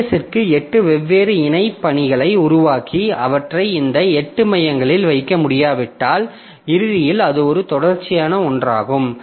OS க்கு 8 வெவ்வேறு இணை பணிகளை உருவாக்கி அவற்றை இந்த 8 மையங்களில் வைக்க முடியாவிட்டால் இறுதியில் அது ஒரு தொடர்ச்சியான ஒன்றாகும்